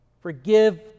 Forgive